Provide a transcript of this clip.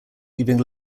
leaving